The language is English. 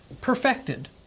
perfected